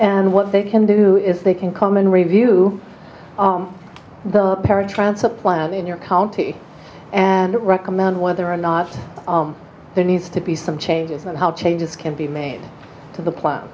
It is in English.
and what they can do is they can come and review the paratransit plan in your county and recommend whether or not there needs to be some changes and how changes can be made to the pl